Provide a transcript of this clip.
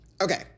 Okay